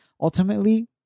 ultimately